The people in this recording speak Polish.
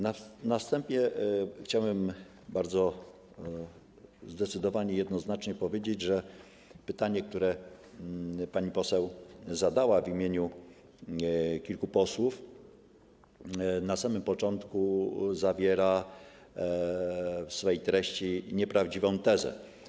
Na wstępie chciałbym zdecydowanie i jednoznacznie powiedzieć, że pytanie, które pani poseł zadała w imieniu kilku posłów na samym początku, zawiera w swej treści nieprawdziwą tezę.